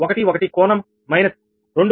0011 కోణం మైనస్ 2